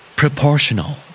proportional